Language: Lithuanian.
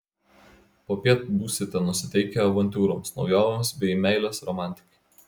popiet būsite nusiteikę avantiūroms naujovėms bei meilės romantikai